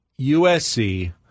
USC